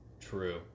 True